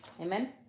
Amen